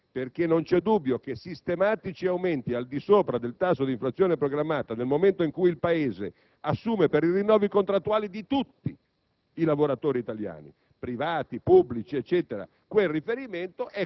Se non assumiamo questo schema di riferimento continueremo a far danni perché non c'è dubbio che consentire sistematici aumenti al di sopra del tasso di inflazione programmata, nel momento in cui il Paese assume per i rinnovi contrattuali di tutti